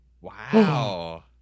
Wow